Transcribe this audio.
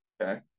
Okay